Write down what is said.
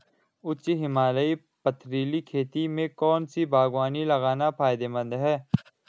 उच्च हिमालयी पथरीली खेती में कौन सी बागवानी लगाना फायदेमंद है?